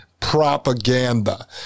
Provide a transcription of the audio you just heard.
propaganda